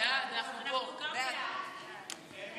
ועדות השחרורים והוועדה לעיון בעונש (הוראת שעה,